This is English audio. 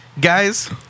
guys